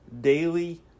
daily